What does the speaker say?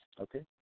Okay